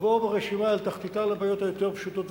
עבור ברשימה אל תחתיתה לבעיות היותר פשוטות,